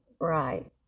Right